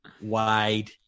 wide